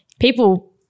people